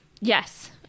Yes